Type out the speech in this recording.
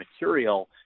material